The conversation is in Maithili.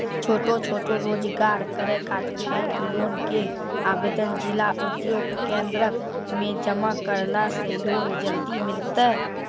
छोटो छोटो रोजगार करै ख़ातिर बैंक लोन के आवेदन जिला उद्योग केन्द्रऽक मे जमा करला से लोन जल्दी मिलतै?